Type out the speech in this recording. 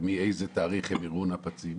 ומאיזה תאריך הם יראו נפצים.